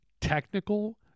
technical